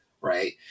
right